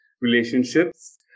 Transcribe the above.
relationships